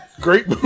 Great